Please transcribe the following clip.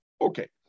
Okay